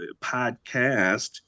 podcast